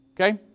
Okay